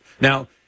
Now